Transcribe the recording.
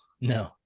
no